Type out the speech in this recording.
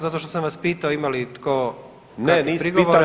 Zato što sam vas pitao ima li tko prigovora.